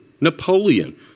Napoleon